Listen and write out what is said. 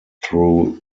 through